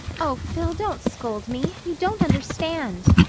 oh, phil, don't scold me. you don't understand.